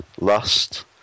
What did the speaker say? lust